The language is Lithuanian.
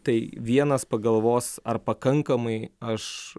tai vienas pagalvos ar pakankamai aš